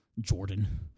Jordan